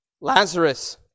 Lazarus